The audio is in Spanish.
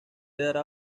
dará